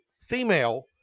female